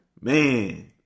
Man